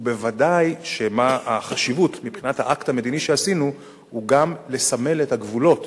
וודאי שהחשיבות מבחינת האקט המדיני שעשינו היא גם לסמל את הגבולות